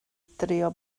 drio